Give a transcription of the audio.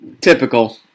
Typical